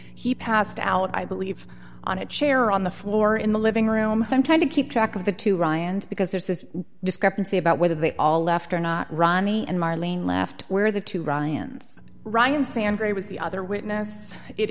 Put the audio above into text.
he passed out i believe on a chair on the floor in the living room and i'm trying to keep track of the two ryans because there's this discrepancy about whether they all left or not ronnie and marlene left where the two ryans ryan sangre was the other witness it